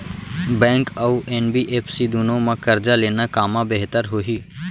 Bank अऊ NBFC दूनो मा करजा लेना कामा बेहतर होही?